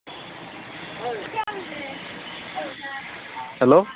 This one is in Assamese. হেল্ল'